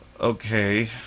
okay